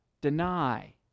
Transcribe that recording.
deny